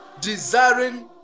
desiring